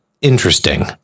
interesting